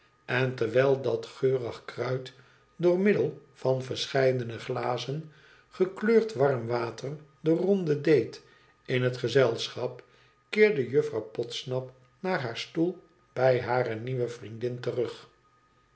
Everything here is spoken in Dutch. en terwijl dat geurig kruid door middel van verscheidene glazen gekleurd warm water de ronde deed in het gezelschap keerde juffrouw podsnap naar haar stoel bij hare nieuwe vriendin terug